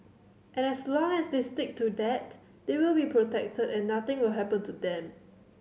and as long as they stick to that they will be protected and nothing will happen to them